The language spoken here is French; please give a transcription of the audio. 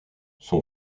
son